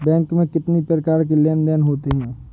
Bank में कितनी प्रकार के लेन देन देन होते हैं?